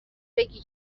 بگی